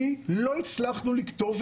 כי לא הצלחנו לקטוף,